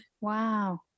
Wow